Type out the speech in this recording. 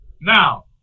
now